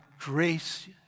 grace